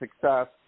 success